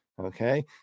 okay